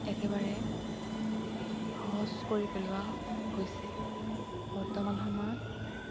একেবাৰে সহজ কৰি পেলোৱা হৈছে বৰ্তমান সময়ত